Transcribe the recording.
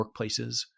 workplaces